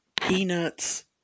Peanuts